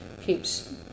keeps